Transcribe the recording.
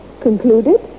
concluded